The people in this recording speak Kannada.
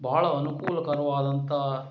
ಬಹಳ ಅನುಕೂಲಕರವಾದಂಥ